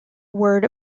word